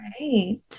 Right